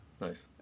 Nice